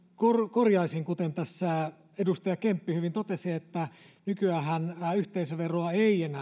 korjaisin kuten tässä edustaja kemppi hyvin totesi että nykyäänhän yhteisöveroa